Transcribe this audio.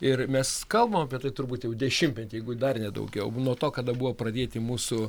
ir mes kalbam apie tai turbūt jau dešimtmetį jeigu dar ne daugiau nuo to kada buvo pradėti mūsų